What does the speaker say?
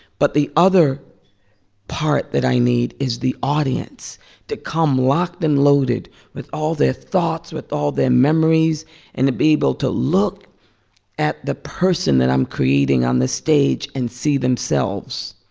but the other part that i need is the audience to come locked and loaded with all their thoughts, with all their memories and to be able to look at the person that i'm creating on the stage and see themselves,